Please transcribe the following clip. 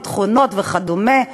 ביטחונות וכדומה.